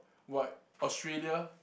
what Australia